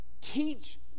teach